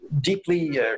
deeply